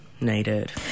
needed